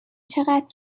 چقدر